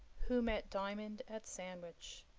who met diamond at sandwich